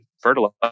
fertilizer